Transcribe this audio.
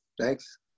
Thanks